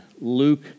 Luke